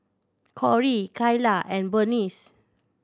Corie Kyla and Burnice